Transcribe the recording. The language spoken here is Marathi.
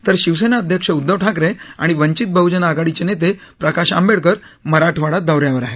तर शिवसेना अध्यक्ष उद्धव ठाकरे आणि वंचित बहुजन आघाडीचे नेते प्रकाश आंबेडकर मराठवाडा दौऱ्यावर आहेत